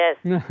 Yes